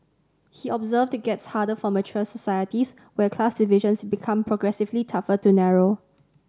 he observed it gets harder for mature societies where class divisions become progressively tougher to narrow